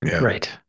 right